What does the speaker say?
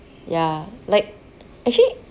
ya like actually